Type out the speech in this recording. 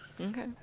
okay